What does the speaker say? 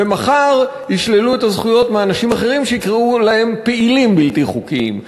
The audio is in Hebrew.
ומחר ישללו את הזכויות מאנשים אחרים שיקראו להם פעילים בלתי חוקיים.